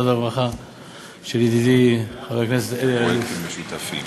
והרווחה של ידידי חבר הכנסת אלי אלאלוף.